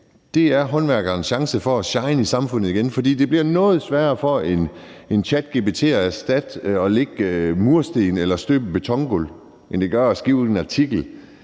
er håndværkerens chance for at shine i samfundet igen, fordi det bliver noget sværere for en ChatGPT at erstatte en murer og lægge mursten eller støbe et betongulv, end det gør at skrive en artikel